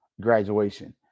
graduation